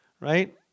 right